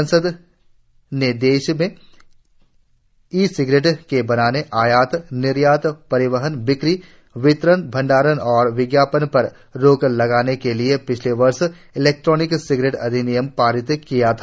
संसद ने देश में ई सिगरेट के बनाने आयात निर्यात परिवहन बिक्री वितरण भंडारण और विज्ञापन पर रोक लगाने के लिए पिछले वर्ष इलेक्ट्रॉनिक सिगरेट अधिनियम पारित किया था